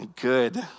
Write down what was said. Good